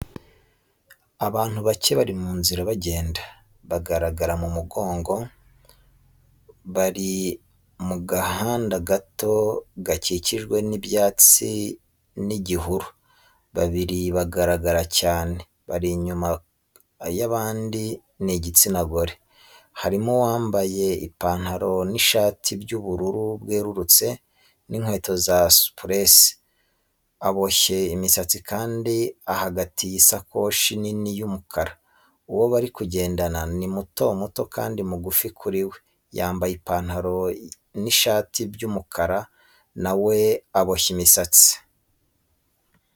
Abantu bake bari mu nzira bagenda, bagaragara mu mugongo. Bari mu gahanda gato gakijijwe n'ibyatsi n'igihuru. Babiri bagaragara cyane, bari inyuma y'abandi ni igitsina gore. harimo uwambaye ipantaro n'ishati by'ubururu bwerurutse, n'inkweko za superesi, aboshye imisatsi kandi ahagatiye isakotsi nini y'umukara. Uwo bari kugendana, ni muto muto kandi mugufi kuri we, yambaye ipantaro n'ishati by'umukara, na we aboshye imisatsi.